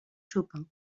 chopin